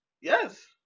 Yes